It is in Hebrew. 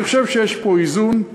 אני חושב שיש פה איזון,